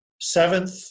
seventh